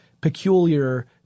peculiar